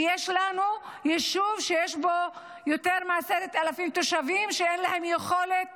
ויש לנו יישוב שיש בו יותר מ-10,000 תושבים שאין להם יכולת